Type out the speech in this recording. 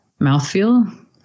mouthfeel